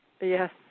Yes